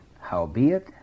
Howbeit